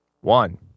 One